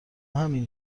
همین